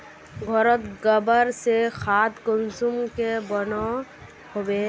घोरोत गबर से खाद कुंसम के बनो होबे?